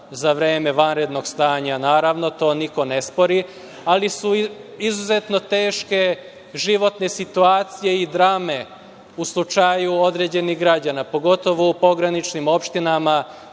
za vreme vanrednog stanja? Naravno, to niko ne spori, ali su izuzetno teške životne situacije i drame u slučaju određenih građana, pogotovo u pograničnim opštinama